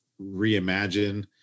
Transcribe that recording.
reimagine